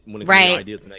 right